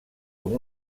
com